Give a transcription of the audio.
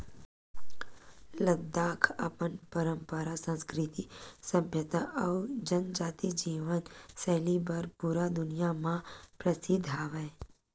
लद्दाख अपन पंरपरा, संस्कृति, सभ्यता अउ जनजाति जीवन सैली बर पूरा दुनिया म परसिद्ध हवय